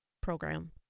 program